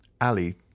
Ali